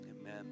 Amen